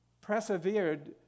persevered